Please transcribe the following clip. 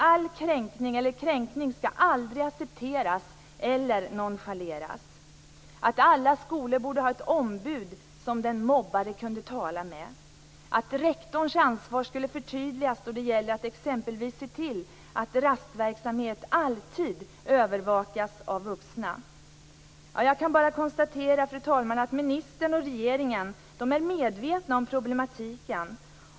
Det handlar om att kränkning aldrig skall accepteras eller nonchaleras, att alla skolor borde ha ett ombud som den mobbade kan tala med och att rektorns ansvar förtydligas då det gäller att exempelvis se till att rastverksamhet alltid övervakas av vuxna. Jag kan bara, fru talman, konstatera att ministern och regeringen är medvetna om problematiken.